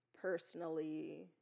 personally